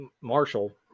Marshall